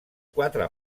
quatre